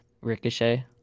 ricochet